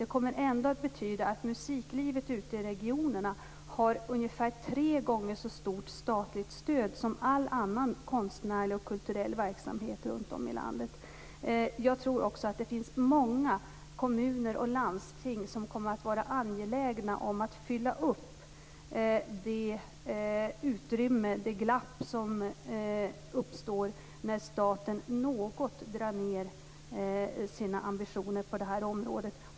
Det kommer ändå att betyda att musiklivet ute i regionerna får ungefär tre gånger mer i statligt stöd än all annan konstnärlig och kulturell verksamhet runt om i landet. Jag tror att många kommuner och landsting kommer att vara angelägna om att fylla upp det utrymme, det glapp, som uppstår när staten något drar ned på sina ambitioner på det här området.